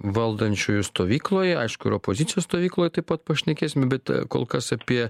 valdančiųjų stovykloje aišku ir opozicijos stovykloj taip pat pašnekėsime bet kol kas apie